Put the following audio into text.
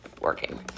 working